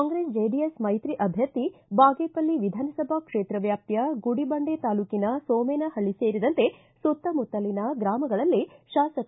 ಕಾಂಗ್ರೆಸ್ ಜೆಡಿಎಸ್ ಮೈತ್ರಿ ಅಭ್ವರ್ಥಿ ಬಾಗೇಪಲ್ಲಿ ವಿಧಾನಸಭಾ ಕ್ಷೇತ್ರ ವ್ಯಾಪ್ತಿಯ ಗುಡಿಬಂಡೆ ತಾಲೂಕಿನ ಸೋಮೇನಹಳ್ಳ ಸೇರಿದಂತೆ ಸುತ್ತಮುತ್ತಲಿನ ಗ್ರಾಮಗಳಲ್ಲಿ ಶಾಸಕ